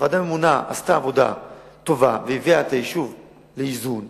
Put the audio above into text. הוועדה הממונה עשתה עבודה טובה והביאה את היישוב לאיזון תקציבי,